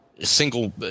Single